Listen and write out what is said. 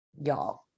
Y'all